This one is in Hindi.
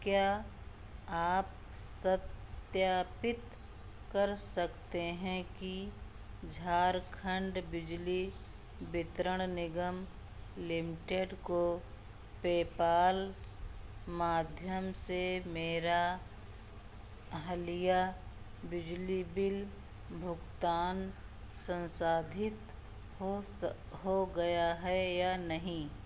क्या आप सत्यापित कर सकते हैं कि झारखंड बिजली वितरण निगम लिमिटेड को पेपाल माध्यम से मेरा हालिया बिजली बिल भुगतान संसाधित हो स हो गया है या नहीं